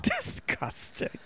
Disgusting